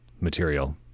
material